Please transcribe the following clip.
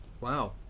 Wow